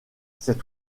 cet